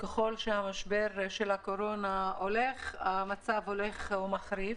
ככל שהמשבר של הקורונה נמשך, המצב הולך ומחריף.